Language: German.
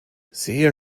sehr